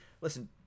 listen